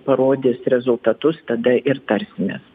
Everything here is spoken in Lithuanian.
parodys rezultatus tada ir tarsimės